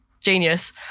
genius